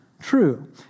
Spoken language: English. True